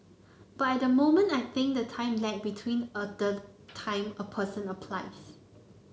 but at the moment I think the time lag between the time a person applies